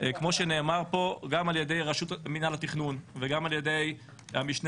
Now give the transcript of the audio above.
כמו שנאמר פה גם על ידי מינהל התכנון וגם על ידי המשנה